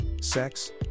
sex